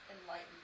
enlightened